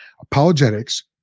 Apologetics